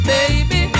Baby